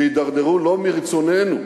שהידרדרו לא מרצוננו.